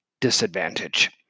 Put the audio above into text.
disadvantage